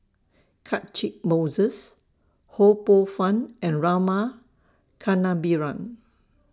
Catchick Moses Ho Poh Fun and Rama Kannabiran